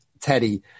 Teddy